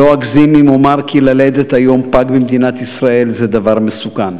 לא אגזים אם אומר כי ללדת היום פג במדינת ישראל זה דבר מסוכן.